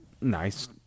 nice